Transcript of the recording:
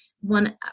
one